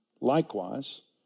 Likewise